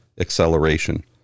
acceleration